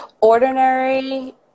ordinary